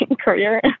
career